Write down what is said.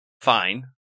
fine